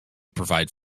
provide